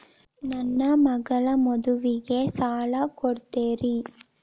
ನನ್ನ ಮಗಳ ಮದುವಿಗೆ ಸಾಲ ಕೊಡ್ತೇರಿ?